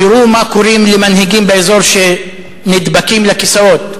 תראו מה קורה למנהיגים באזור שנדבקים לכיסאות,